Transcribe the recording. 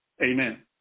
amen